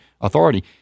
authority